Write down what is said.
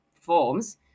forms